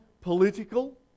political